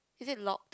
is it locked